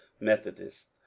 methodist